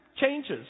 changes